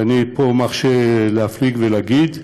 ואני פה מרשה להפליג ולהגיד: